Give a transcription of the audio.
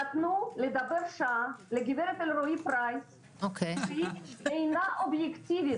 נתנו לדבר שעה לגב' אלרעי-פרייס שהיא אינה אובייקטיבית